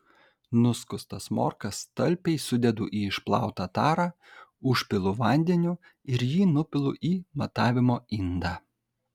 nuskustas morkas talpiai sudedu į išplautą tarą užpilu vandeniu ir jį nupilu į matavimo indą